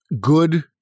good